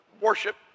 worship